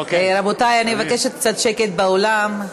רבותי, אני מבקשת קצת שקט באולם.